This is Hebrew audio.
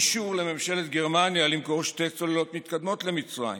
אישור לממשלת גרמניה למכור שתי צוללות מתקדמות למצרים